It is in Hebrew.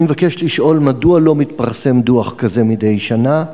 רצוני לשאול: 1. מדוע לא מתפרסם דוח מדי שנה?